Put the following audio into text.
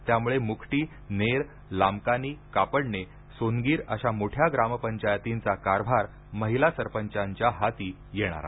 त्यामुळे मुकटी नेर लामकानी कापडणे सोनगीर अशा मोठ्या ग्रामपंचायतींचा कारभार महिला सरपंचाच्या हाती येणार आहे